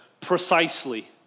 precisely